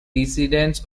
descendants